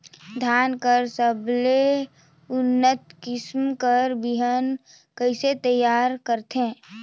धान कर सबले उन्नत किसम कर बिहान कइसे तियार करथे?